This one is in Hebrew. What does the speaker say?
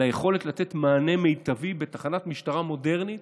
ליכולת לתת מענה מיטבי בתחנת משטרה מודרנית,